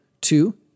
Two